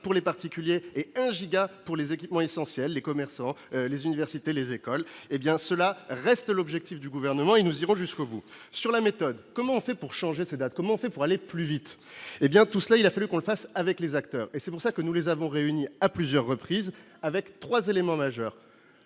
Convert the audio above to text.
pour les particuliers et 1 giga pour les équipements essentiels, les commerçants, les universités, les écoles, hé bien, cela reste l'objectif du gouvernement et nous irons jusqu'au bout sur la méthode, comment on fait pour changer ces dates, comment on fait pour aller plus vite, hé bien tout cela, il a fallu qu'on le fasse avec les acteurs et c'est pour ça que nous les avons réunis à plusieurs reprises avec 3 éléments majeurs